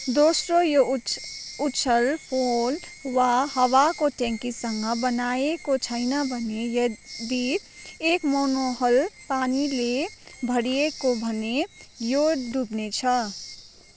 दोस्रो यो उछ उछाल फोम वा हावाको ट्याङ्कीसँग बनाइएको छैन भने यदि एक मोनोहल पानीले भरिएको भने यो डुब्नेछ